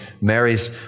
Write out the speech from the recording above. Mary's